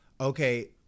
okay